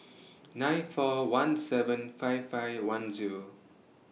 nine four one seven five five one Zero